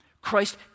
Christ